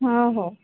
हं हो